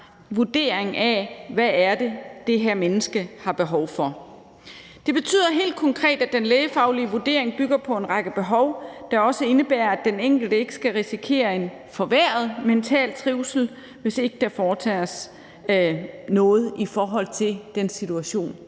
vurdering af, hvad det er, det her menneske har behov for. Det betyder helt konkret, at den lægefaglige vurdering bygger på en række behov, der også indebærer, at den enkelte ikke skal risikere en forværret mental trivsel, hvis der ikke foretages noget i forhold til den situation,